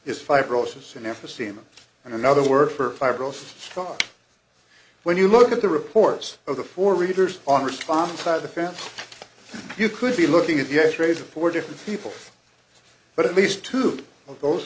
is fibrosis and emphysema and another word for fibrosis when you look at the reports of the four readers on response side of the fence you could be looking at the x rays of four different people but at least two of those